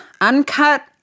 uncut